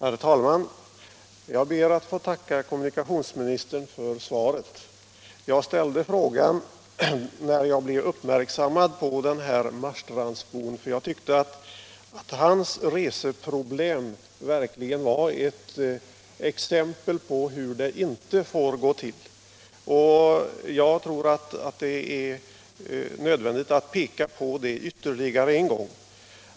Herr talman! Jag ber att få tacka kommunikationsministern för svaret. Jag ställde frågan när jag blev uppmärksam på reseproblemen för den marstrandsbo som jag nämnt i min fråga. Jag tyckte att det verkligen var ett exempel på hur det inte får vara. Jag tror att det är nödvändigt att peka på det ytterligare en gång.